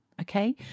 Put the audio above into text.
okay